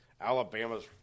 Alabama's